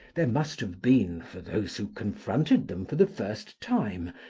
there must have been, for those who confronted them for the first time,